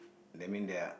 that mean there are